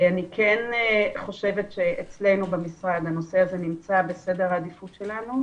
אני כן חושבת שאצלנו במשרד הנושא הזה נמצא בסדר העדיפות שלנו,